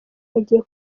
bagiye